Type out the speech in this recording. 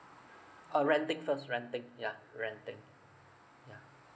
oh renting first renting yeah renting yeah